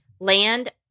land